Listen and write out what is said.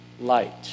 light